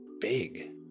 big